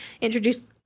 introduce